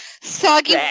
soggy